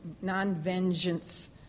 non-vengeance